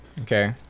Okay